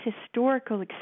historical